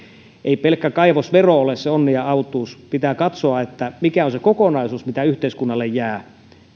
ei pelkkä kaivosvero ole se onni ja autuus pitää katsoa mikä on se kokonaisuus mitä yhteiskunnalle jää